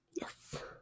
Yes